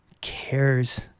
cares